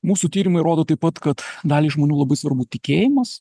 mūsų tyrimai rodo taip pat kad daliai žmonių labai svarbu tikėjimas